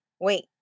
wait